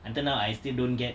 until now I still don't get